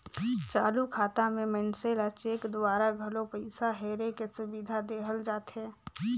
चालू खाता मे मइनसे ल चेक दूवारा घलो पइसा हेरे के सुबिधा देहल जाथे